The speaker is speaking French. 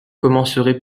commencerait